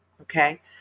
okay